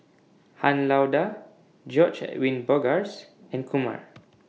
Han Lao DA George Edwin Bogaars and Kumar